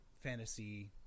fantasy